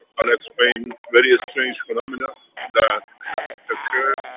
i'll explain, very strange phenomena that has occurred,